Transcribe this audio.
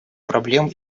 проблем